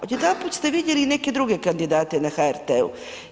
Odjedanput ste vidjeli neke druge kandidate na HRT-u.